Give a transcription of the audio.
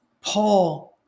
Paul